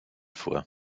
vor